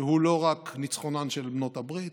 שהוא לא רק ניצחונן של בעלות הברית,